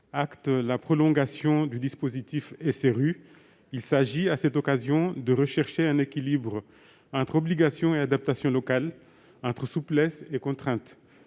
acte la prolongation du dispositif SRU. À cette occasion, il s'agit de rechercher un équilibre entre obligation et adaptation locale, entre souplesse et contrainte.